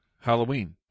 halloween